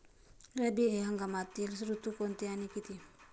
रब्बी हंगामातील ऋतू कोणते आणि किती?